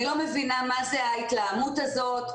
אני לא מבינה מה זאת ההתלהמות הזאת,